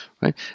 Right